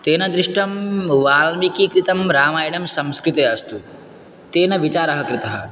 तेन दृष्टं वाल्मीकिकृतं रामायणं संस्कृते अस्तु तेन विचारः कृतः